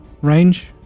range